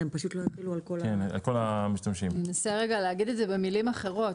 אני אנסה להגיד את זה במילים אחרות.